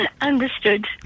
understood